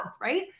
Right